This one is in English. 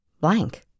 blank